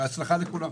בהצלחה לכולם.